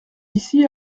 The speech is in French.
d’ici